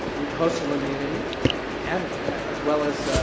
mucosal immunity and as well as